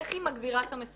איך היא מגבירה את המסוכנות?